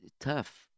tough